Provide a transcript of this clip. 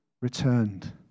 returned